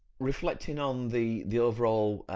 reflecting on the the overall